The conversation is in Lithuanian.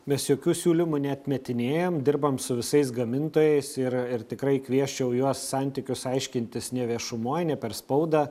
mes jokių siūlymų neatmetinėjam dirbam su visais gamintojais ir ir tikrai kviesčiau juos santykius aiškintis ne viešumoj ne per spaudą